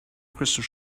crystal